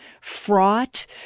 fraught